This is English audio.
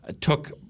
took